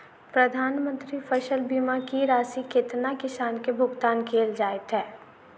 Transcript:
प्रधानमंत्री फसल बीमा की राशि केतना किसान केँ भुगतान केल जाइत है?